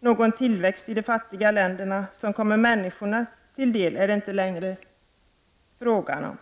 Någon tillväxt i de fattiga länderna som kommer människorna till del är det inte längre frågan om.